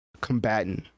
combatant